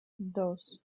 dos